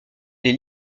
les